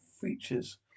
features